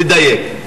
תדייק.